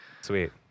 Sweet